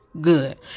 Good